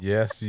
Yes